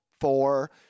four